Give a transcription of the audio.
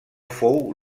fou